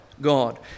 God